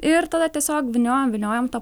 ir tada tiesiog vyniojam vyniojam tą